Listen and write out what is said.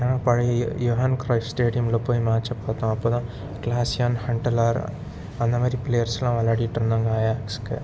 ஏன்னா பழைய யுஹேன்கிரை ஸ்டேடியமில் போய் மேட்சை பார்த்தோம் அப்போ தான் கிளாசியான் ஹண்டலார் அந்த மாதிரி பிளேயர்ஸ்லாம் விளையாடிட்டுருந்தாங்க ஐயாக்ஸ்க்கு